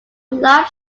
live